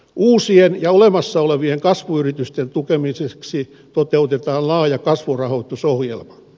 uusien ja olemassa olevien kasvuyritysten tukemiseksi toteutetaan laaja kasvurahoitusohjelma